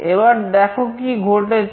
এবার দেখো কি ঘটেছে